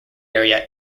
area